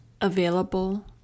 available